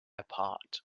apart